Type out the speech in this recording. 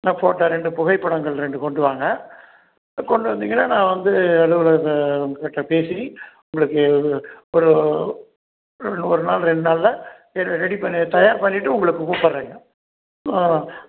photo ரெண்டு புகைப்படங்கள் ரெண்டு கொண்டு வாங்க கொண்டு வந்தீங்கன்னா நான் வந்து அலுவலகத்துக்கிட்ட பேசி உங்களுக்கு இது ஒரு ஒரு நாள் ரெண்டு நாள்ல ரெடி பண்ணி தயார் பண்ணிட்டு உங்களை கூப்பிட்றேங்க ஆ